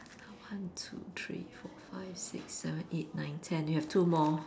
one two three four five six seven eight nine ten you have two more